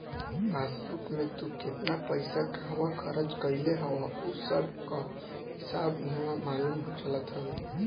passbook में तू केतना पईसा कहवा खरच कईले हव उ सबकअ हिसाब इहवा मालूम चलत हवे